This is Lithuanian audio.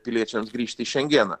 piliečiams grįžt į šengeną